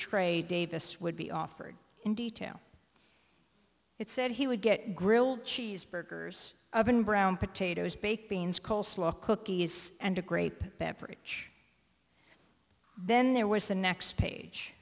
tray davis would be offered in detail it said he would get grilled cheese burgers been brown potatoes baked beans coleslaw cookies and a grape beverage then there was the next page